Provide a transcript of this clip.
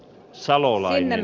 salolainen